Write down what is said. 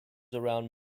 around